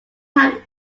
have